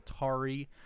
Atari